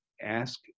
ask